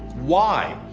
why?